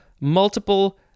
multiple